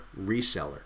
reseller